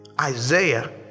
Isaiah